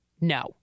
No